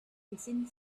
hissing